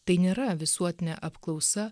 tai nėra visuotinė apklausa